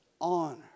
honor